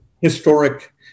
historic